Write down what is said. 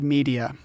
Media